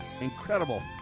Incredible